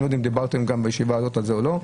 אני לא יודע אם דיברתם בישיבה הזאת על זה או לא.